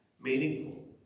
meaningful